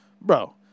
Bro